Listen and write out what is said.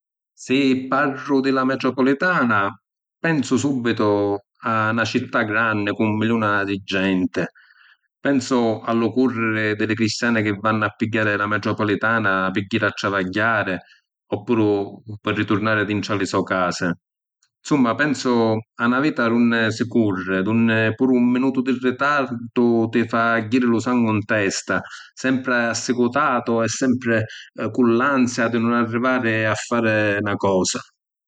Si’ parru di la metropolitana, pensu subbitu a na cità granni cu miliuna di genti. Pensu a lu curriri di li cristiani chi vannu a pigghiari la metropolitana pi jiri a travagghiari, oppuru pi riturnari dintra li so’ casi. ‘Nsumma, pensu a na vita d’unni si curri, d’unni puru un minutu di ritardu ti fa jiri lu sangu ‘n testa, sempri assicutatu e sempri cu l’ansia di nun arrivari a fari na cosa.